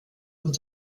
und